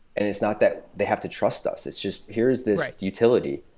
and it's not that they have to trust us, it's just, here is this utility.